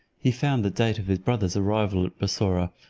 he found the date of his brother's arrival at bussorah,